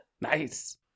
Nice